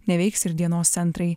neveiks ir dienos centrai